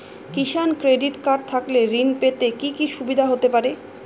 কিষান credit card থাকলে ঋণ পেতে কি কি সুবিধা হতে পারে?